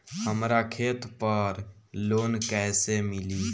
हमरा खेत पर लोन कैसे मिली?